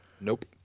Nope